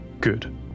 Good